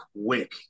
quick